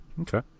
Okay